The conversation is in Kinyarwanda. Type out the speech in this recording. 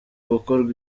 gukorwa